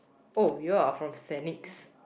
oh you all are from Saint Nick's